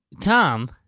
Tom